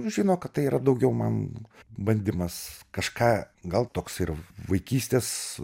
žino kad tai yra daugiau man bandymas kažką gal toks ir vaikystės